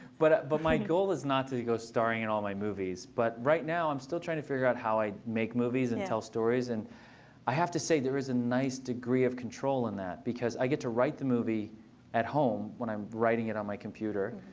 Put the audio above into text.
but but my goal is not to go starring in all my movies. but right now i'm still trying to figure out how i make movies and tell stories. and i have to say, there is a nice degree of control in that, because i get to write the movie at home when i'm writing it on my computer.